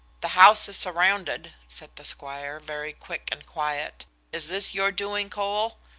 the house is surrounded, says the squire, very quick and quiet is this your doing, cole?